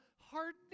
hardening